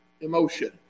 emotion